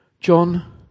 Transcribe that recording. John